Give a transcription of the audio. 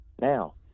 Now